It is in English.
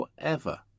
forever